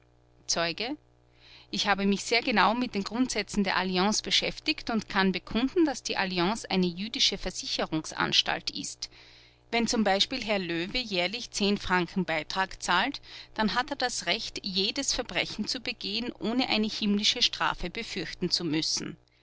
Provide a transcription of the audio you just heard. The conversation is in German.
zeuge ich habe mich sehr genau mit den grundsätzen der alliance beschäftigt und kann bekunden daß die alliance eine jüdische versicherungsanstalt ist wenn z b herr löwe jährlich franken beitrag zahlt dann hat er das recht jedes verbrechen zu begehen ohne eine himmlische strafe befürchten zu müssen